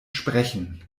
sprechen